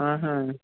ఆహ